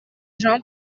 jean